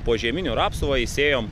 po žieminių rapsų va įsėjom